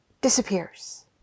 disappears